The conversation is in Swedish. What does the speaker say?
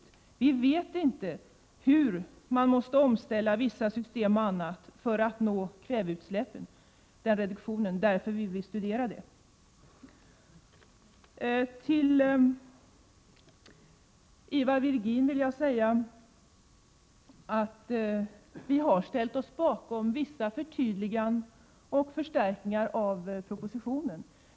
Men vi vet inte hur man måste omställa vissa system och annat för att nå en reduktion av kväveutsläppen. Vi vill studera detta. Till Ivar Virgin vill jag säga att vi har ställt oss bakom vissa krav på förtydliganden och förstärkningar av förslagen i propositionen.